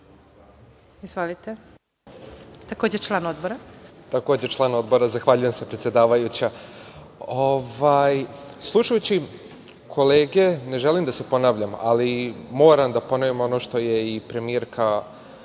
Radin, takođe član Odbora. Izvolite. **Milan Radin** Zahvaljujem se, predsedavajuća. Slušajući kolege, ne želim da se ponavljam, ali moram da ponovim ono što je i premijerka